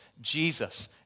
Jesus